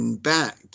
back